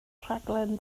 rhaglen